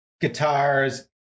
guitars